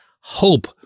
hope